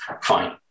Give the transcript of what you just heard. fine